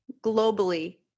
globally